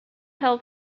hail